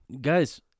Guys